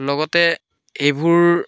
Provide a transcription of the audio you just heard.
লগতে এইবোৰ